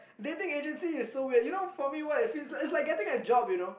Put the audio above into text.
dating agency is so weird you know for me what it feels like or not is is is is like getting a job you know